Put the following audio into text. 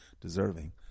deserving